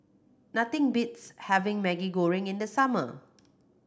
nothing beats having Maggi Goreng in the summer